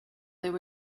there